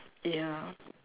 ya